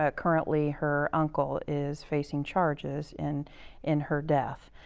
ah currently, her uncle is facing charges in in her death.